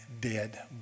dead